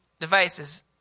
devices